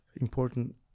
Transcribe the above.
important